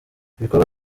ibikorwa